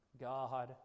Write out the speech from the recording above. God